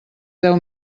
deu